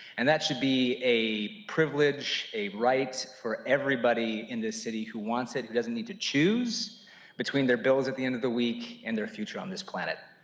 and that should be a privilege and a right for everybody in the city who wants it. who doesn't need to choose between their bills at the end of the week and their future on this planet.